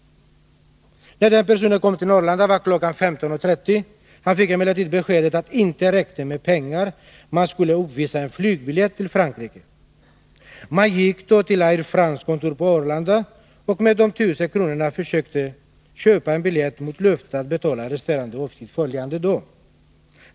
När denna person kom till Arlanda var kl. 15.30. Han fick emellertid beskedet att det inte räckte med pengar. En flygbiljett till Frankrike skulle också uppvisas. Man gick då till Air Frances kontor på Arlanda, och för de 1 000 kronorna försökte man köpa en biljett mot löfte att betala resterande summa följande dag.